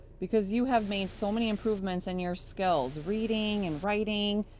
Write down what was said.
because you have made so many improvements in your skills reading and writing,